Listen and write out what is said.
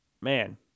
man